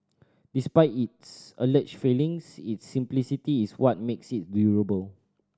despite its alleged failings its simplicity is what makes it durable